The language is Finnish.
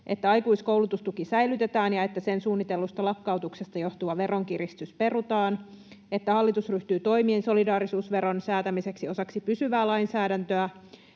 että aikuiskoulutustuki säilytetään ja että sen suunnitellusta lakkautuksesta johtuva veronkiristys perutaan. 3. Eduskunta edellyttää, että hallitus ryhtyy toimiin solidaarisuusveron säätämiseksi osaksi pysyvää lainsäädäntöä.